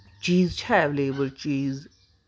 چیٖز چھا ایویلیبٕل چیٖز